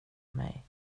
mig